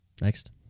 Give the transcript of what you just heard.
Next